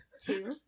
Two